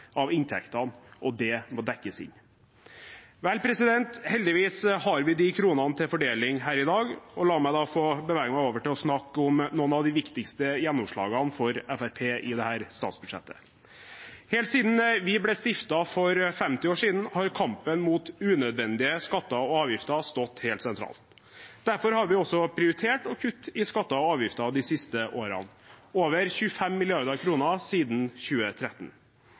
av inntektene, og det må dekkes inn. Heldigvis har vi de kronene til fordeling her i dag, og la meg da få bevege meg over til å snakke om noen av de viktigste gjennomslagene for Fremskrittspartiet i dette statsbudsjettet. Helt siden vi ble stiftet for 50 år siden, har kampen mot unødvendige skatter og avgifter stått helt sentralt. Derfor har vi også prioritert å kutte i skatter og avgifter de siste årene – over 25 mrd. kr siden 2013.